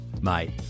Mate